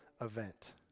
event